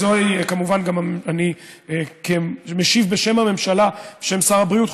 זוהי כמובן, אני משיב בשם הממשלה, בשם שר הבריאות.